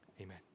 Amen